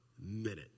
minute